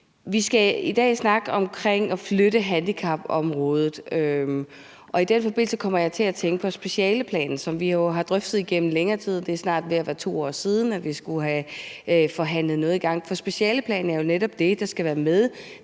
Vi skal i dag snakke om at flytte handicapområdet, og i den forbindelse kommer jeg til at tænke på specialeplanen, som vi jo har drøftet igennem længere tid. Det er snart ved at være 2 år siden, at vi skulle have forhandlet noget i gang. Specialeplanen er jo netop det, der skal være med